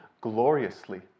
gloriously